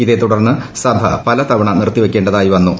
ഇതേത്തുടർന്ന് സഭ പലതവണ നിർത്തിവയ്ക്കേണ്ടതായി വന്നു